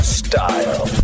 style